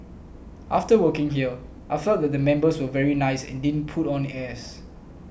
after working here I felt that the members were very nice and didn't put on airs